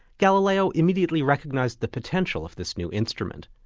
galileo immediately recognised the potential of this new instrument,